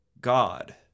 God